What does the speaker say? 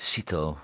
Sito